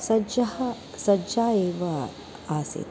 सज्जा सज्जा एव आसीत्